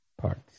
parts